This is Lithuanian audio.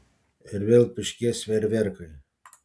ir vėl pyškės fejerverkai